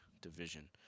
division